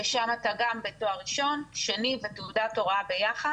ששם אתה בתואר ראשון, שני ותעודת הוראה ביחד.